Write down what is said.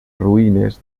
ruïnes